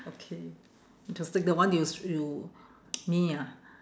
okay interesting the one you you me ah